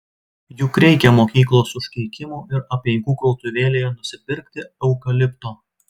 juk reikia mokyklos užkeikimų ir apeigų krautuvėlėje nusipirkti eukalipto